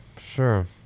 Sure